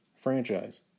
franchise